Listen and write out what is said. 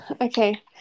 Okay